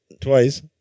Twice